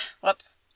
Whoops